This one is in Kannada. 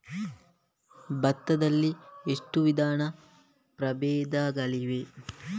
ಭತ್ತ ಗಳಲ್ಲಿ ಎಷ್ಟು ವಿಧದ ಪ್ರಬೇಧಗಳಿವೆ?